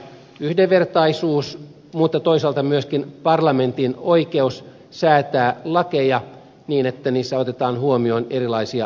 yhdenvertaisuus mutta toisaalta myöskin parlamentin oikeus säätää lakeja niin että niissä otetaan huomioon erilaisia arvostuksia